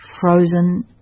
frozen